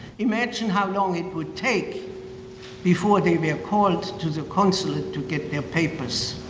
imagine how long it would take before they were called to the consulate to get their papers.